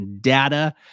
data